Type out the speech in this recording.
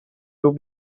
will